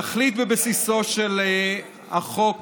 התכלית בבסיסו של החוק